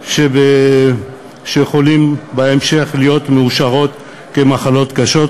שיכולות בהמשך להיות מאושרות כמחלות קשות.